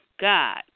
god